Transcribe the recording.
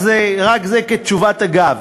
זה רק כתשובת אגב.